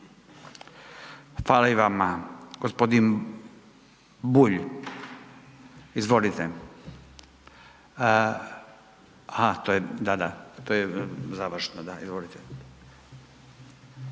Hvala i vama. G. Bulj. Izvolite. Aha, to je, da, da, to je završno, da, izvolite.